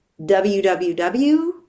www